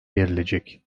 verilecek